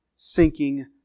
sinking